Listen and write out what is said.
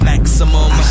Maximum